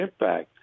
impact